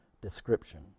description